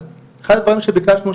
אז אחד הדברים שביקשנו,